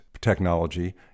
technology